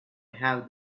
have